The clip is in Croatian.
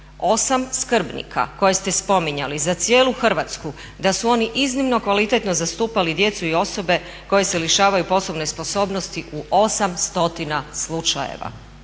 8 skrbnika koje ste spominjali za cijelu Hrvatsku da su oni iznimno kvalitetno zastupali djecu i osobe koje se lišavaju posebne sposobnosti u 800 slučajeva?